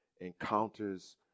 encounters